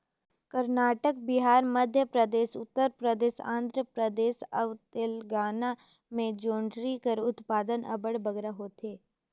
करनाटक, बिहार, मध्यपरदेस, उत्तर परदेस, आंध्र परदेस अउ तेलंगाना में जोंढरी कर उत्पादन अब्बड़ बगरा होथे